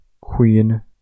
queen